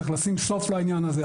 צריך לשים סוף לעניין הזה.